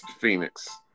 Phoenix